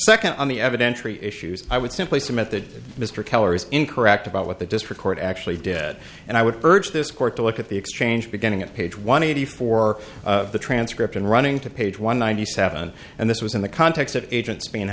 second on the evidentiary issues i would simply submit that mr keller is incorrect about what the district court actually did and i would urge this court to look at the exchange beginning at page one eighty four of the transcript and running to page one ninety seven and this was in the context of agents be